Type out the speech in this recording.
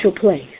place